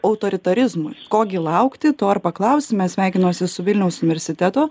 autoritarizmui ko gi laukti to ir paklausime sveikinuosi su vilniaus universiteto